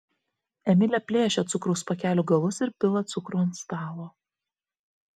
emilė plėšia cukraus pakelių galus ir pila cukrų ant stalo